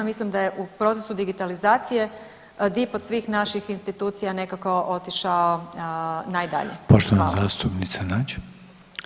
Mislim da je u procesu digitalizacije DIP od svih naših institucija nekako otišao najdalje.